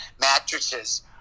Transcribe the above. mattresses